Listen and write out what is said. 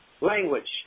Language